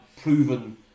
proven